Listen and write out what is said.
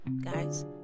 guys